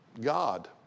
God